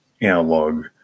analog